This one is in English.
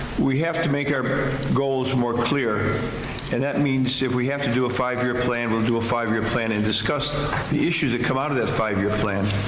we have to make our goals more clear and that means if we have to do a five year plan, we'll do a five year plan and discuss the issues that come out of the five year plan.